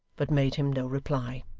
but made him no reply.